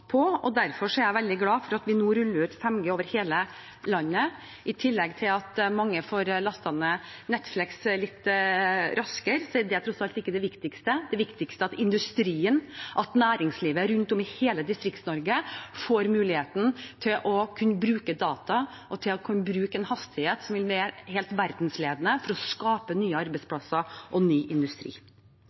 på, og derfor er jeg veldig glad for at vi nå ruller ut 5G over hele landet. I tillegg til at mange får lastet ned Netflix litt raskere – det er tross alt ikke det viktigste – får industrien og næringslivet rundt om i hele Distrikts-Norge mulighet til å bruke data og en hastighet som er helt verdensledende, for å skape nye arbeidsplasser og ny industri.